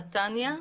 נתניה,